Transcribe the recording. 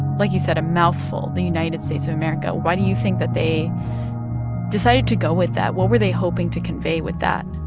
like you said, a mouthful the united states of america. why do you think that they decided to go with that? what were they hoping to convey with that?